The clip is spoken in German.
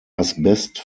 asbest